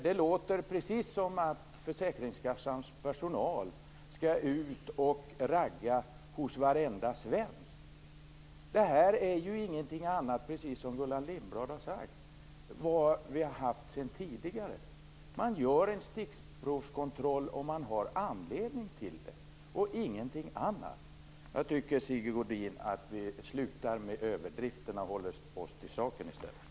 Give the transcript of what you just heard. Det låter som om försäkringskassans personal skall ut och ragga hos varenda svensk. Det är, precis som Gullan Lindblad har sagt, inte fråga om något annat än det som man redan tidigare har gjort. Man gör stickprovskontroller om man har anledning till det, och ingenting annat. Jag tycker, Sigge Godin, att vi upphör med överdrifterna och i stället håller oss till saken.